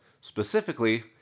specifically